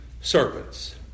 serpents